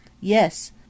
Yes